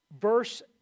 verse